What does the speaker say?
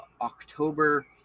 October